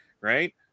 right